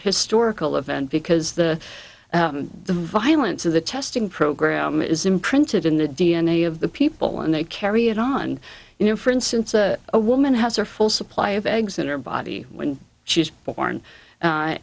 historical event because the the violence of the testing program is imprinted in the d n a of the people and they carry it on you know for instance a woman has her full supply of eggs in her body when she is born a